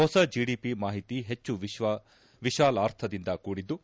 ಹೊಸ ಜಡಿಪಿ ಮಾಹಿತಿ ಹೆಚ್ಚು ವಿಶಾಲಾರ್ಥದಿಂದ ಕೂಡಿದ್ದು